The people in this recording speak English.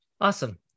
Awesome